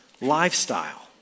lifestyle